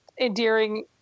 endearing